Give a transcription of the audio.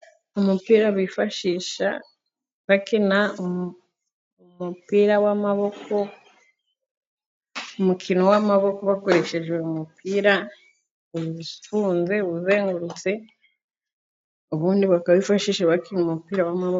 Umupira bifashisha bakina umupira w'amaboko, umukino w'amaboko bakoresheje uyu umupira, uba ufunze, uba uzengurutse ubundi bakawifashisha bakina umupira w'amaguru.